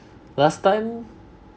last time